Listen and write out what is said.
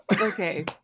Okay